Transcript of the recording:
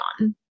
on